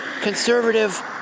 conservative